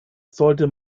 sollte